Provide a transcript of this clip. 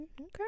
Okay